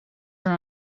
are